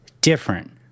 different